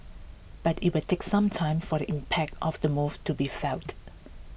but IT will take some time for the impact of the move to be felt